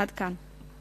עד כאן.